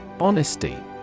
Honesty